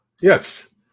yes